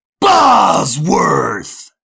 Bosworth